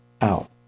out